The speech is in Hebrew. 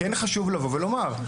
כן חשוב לבוא ולומר,